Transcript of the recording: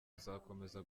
kuzakomeza